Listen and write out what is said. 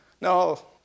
No